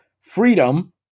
freedom